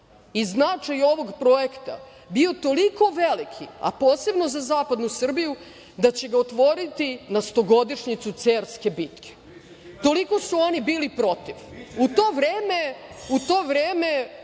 i značaj ovog projekta bio toliko veliki, a posebno za zapadnu Srbiju, da će ga otvoriti na stogodišnjicu Cerske bitke. Toliko su oni bili protiv.U to vreme